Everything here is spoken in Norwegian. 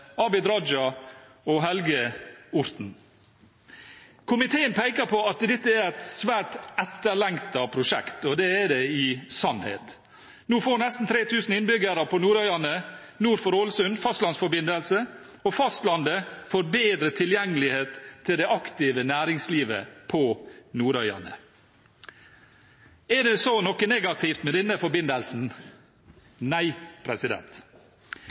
Abid Q. Raja og Helge Orten. Komiteen peker på at dette er et svært etterlengtet prosjekt, og det er det i sannhet. Nå får nesten 3 000 innbygger på Nordøyane nord for Ålesund fastlandsforbindelse, og fastlandet får bedre tilgjengelighet til det aktive næringslivet på Nordøyane. Er det så noe negativt med denne forbindelsen? Nei.